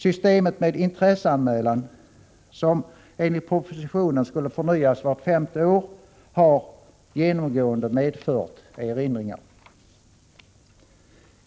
Systemet med intresseanmälan, som enligt propositionen skulle förnyas vart femte år, har genomgående medfört erinringar.